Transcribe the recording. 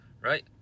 right